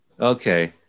Okay